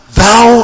thou